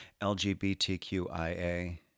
LGBTQIA